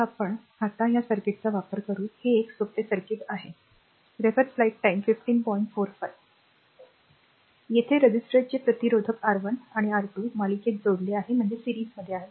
तर आता आपण या सर्किटचा विचार करू हे एक सोपे सर्किट आहे येथे रेझिस्टरचे प्रतिरोधक R1 आणि R२ मालिकेत जोडलेले आहेत